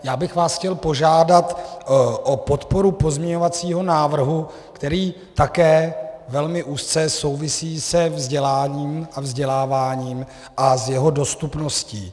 Já bych vás chtěl požádat o podporu pozměňovacího návrhu, který také velmi úzce souvisí se vzděláním a vzděláváním a s jeho dostupností.